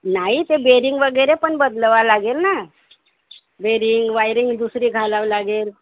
नाही ते बेरिंग वगैरे पण बदलावं लागेल ना बेरिंग वायरिंग दुसरी घालावं लागेल